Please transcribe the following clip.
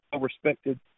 respected